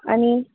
आनी